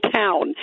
town